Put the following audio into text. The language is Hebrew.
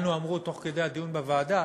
לנו אמרו תוך כדי דיון בוועדה